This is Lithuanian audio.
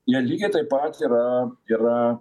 jie lygiai taip pat yra yra